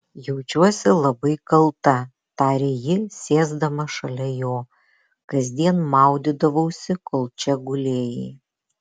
jaučiuosi labai kalta tarė ji sėsdama šalia jo kasdien maudydavausi kol čia gulėjai